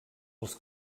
els